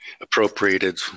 appropriated